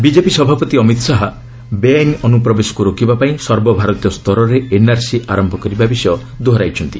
BJP ସଭାପତି ଅମିତ ଶାହା ବେଆଇନ୍ ଅନୁପ୍ରବେଶକୁ ରୋକିବା ପାଇଁ ସର୍ବଭାରତୀୟ ସ୍ତରରେ ଏନ୍ଆର୍ସି ଆରମ୍ଭ କରିବା ବିଷୟ ଦୋହରାଇଛନ୍ତି